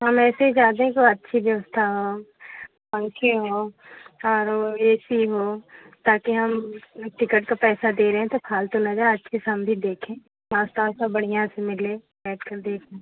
हम वैसे ही चाहते हैं कि अच्छी व्यवस्था हो पंखे हो और ए सी हो ताकि हम टिकट का पैसा दे रहें तो फालतू न जाए अच्छे से हम भी देखें पास्ता वास्ता बढ़िया से मिले बैठकर देखें